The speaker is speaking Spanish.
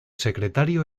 secretario